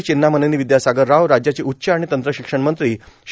चेन्नामनेनी विद्यासागर राव राज्याचे उच्च आणि तंत्रशिक्षण मंत्री श्री